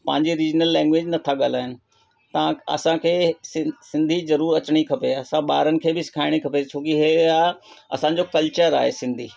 पंहिंजे regional language नथा ॻाल्हाइनि तव्हां असांखे हे सिंधी ज़रूरु अचणी खपे असां ॿारनि खे बि सेखारिणी खपे छोकी इहो आहे असांजो कल्चर आहे सिंधी